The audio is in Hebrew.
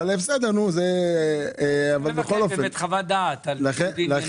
צריך לבקש באמת חוות דעת על ניגוד עניינים.